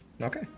Okay